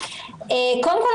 קודם כל,